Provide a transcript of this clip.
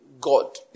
God